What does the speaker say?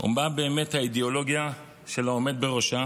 ומה באמת האידיאולוגיה של העומד בראשה?